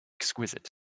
exquisite